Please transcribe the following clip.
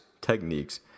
techniques